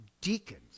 deacons